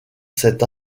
cette